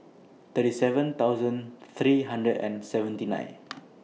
thirty seven thousand three hundred and seventy nine